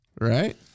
right